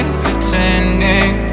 pretending